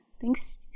Thanks